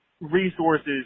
resources